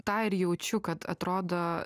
tą ir jaučiu kad atrodo